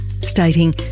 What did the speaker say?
stating